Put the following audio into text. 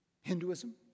Hinduism